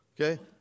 okay